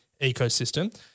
ecosystem